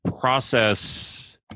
process